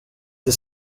the